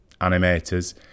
animators